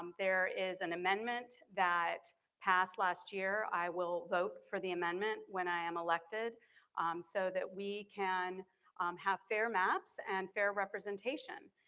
um there is an amendment that passed last year, i will vote for the amendment when i am elected so that we can have fair maps and fair representation.